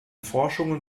forschungen